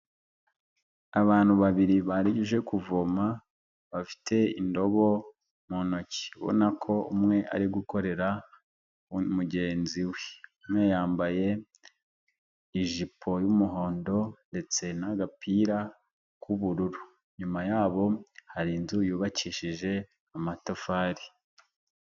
Abantu babiri baje kuvoma bafite indobo mu ntoki ubona ko umwe ari gukorera mugenzi we, umwe yambaye ijipo y'umuhondo ndetse n'agapira k'ubururu, inyuma yabo hari inzu yubakishije amatafari.